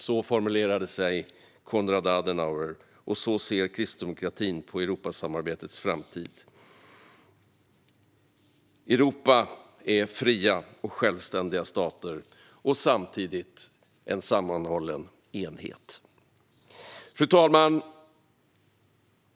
Så formulerade sig Konrad Adenauer, och så ser Kristdemokraterna på Europasamarbetets framtid. Europa är fria och självständiga stater, och samtidigt en sammanhållen enhet. Fru talman!